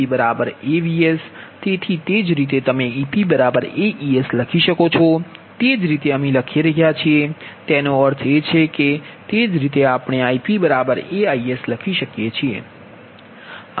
તેથી તે જ રીતે તમે Ep AEs લખી શકો છો તે જ રીતે અમે લખી રહ્યા છીએ તેનો અર્થ એ છે કે તે જ રીતે આપણે Ip AIsલખી શકીએ છીએ